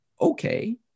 okay